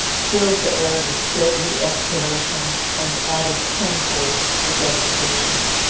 filled the air with deadly exhalations, and added tenfold to the devastation.